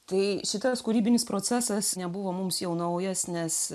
tai šitas kūrybinis procesas nebuvo mums jau naujas nes